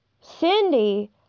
Cindy